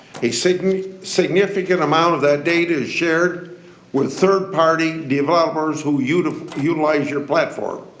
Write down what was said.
a so significant amount of that data is shared with third party developers who utilize utilize your platform.